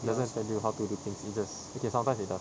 they'll just tell you how to do things easiest okay sometimes they does